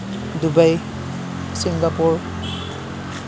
Dubai Singapore